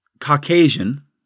Caucasian